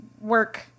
work